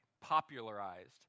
popularized